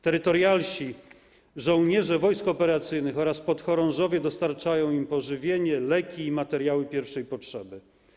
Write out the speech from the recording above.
Terytorialsi, żołnierze wojsk operacyjnych oraz podchorążowie dostarczają im pożywienie, leki i materiały pierwszej potrzeby.